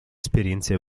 esperienze